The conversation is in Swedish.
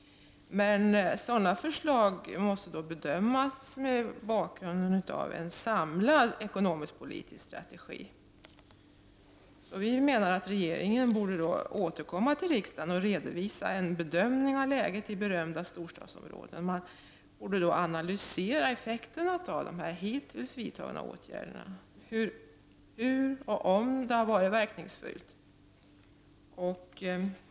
Men sådana förslag måste bedömas mot bakgrund av en samlad ekonomisk-politisk strategi. Vi menar att regeringen borde återkomma till riksdagen och redovisa en bedömning av läget i berörda storstadsområden. Man borde där analysera effekterna av de hittills vidtagna åtgärderna — hur och om de har varit verkningsfulla.